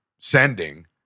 sending